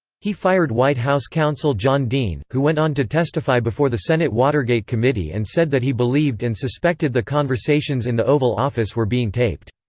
he fired white house counsel john dean, who went on to testify before the senate watergate committee and said that he believed and suspected the conversations in the oval office were being taped.